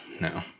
no